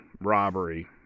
robbery